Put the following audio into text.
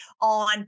on